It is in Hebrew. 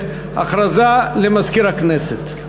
הודעה למזכיר הכנסת.